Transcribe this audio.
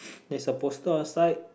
there's a bookstore inside